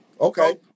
Okay